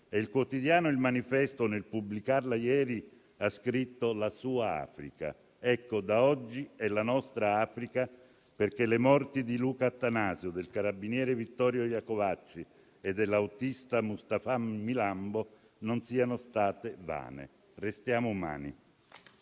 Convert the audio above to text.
e il quotidiano «Il Manifesto», nel pubblicarla ieri, ha scritto: «La sua Africa». Da oggi è la nostra Africa perché le morti di Luca Attanasio e del carabiniere Vittorio Iacovacci e dell'autista Mustapha Milambo non siano state vane. Restiamo umani.